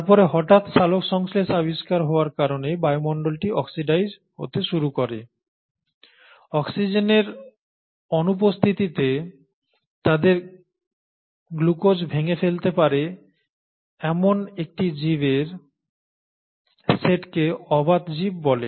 তারপরে হঠাৎ সালোকসংশ্লেষ আবিষ্কার হওয়ার কারণে বায়ুমণ্ডলটি অক্সিডাইজড হতে শুরু করে অক্সিজেনের অনুপস্থিতিতে তাদের গ্লুকোজ ভেঙে ফেলতে পারে এমন একটি জীবের সেটকে অবাত জীব বলে